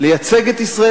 לייצג את ישראל,